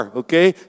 okay